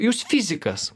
jūs fizikas